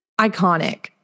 iconic